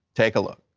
take a look.